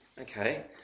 okay